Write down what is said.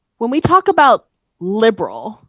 when we talk about liberal,